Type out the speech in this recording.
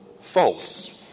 false